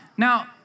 Now